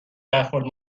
برخورد